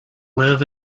live